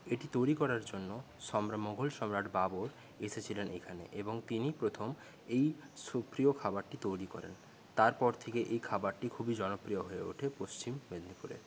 এটি তৈরি করার জন্য সম্রাট মোঘল সম্রাট বাবর এসেছিলেন এখানে এবং তিনি প্রথম এই সুপ্রিয় খাবারটি তৈরি করেন তারপর থেকে এই খাবারটি খুবই জনপ্রিয় হয়ে ওঠে পশ্চিম মেদিনীপুরে